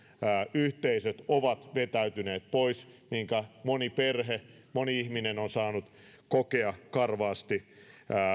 yhteisöt ovat vetäytyneet pois minkä moni perhe moni ihminen on saanut kokea karvaasti